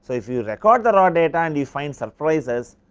so if you record the raw data and you find surprises,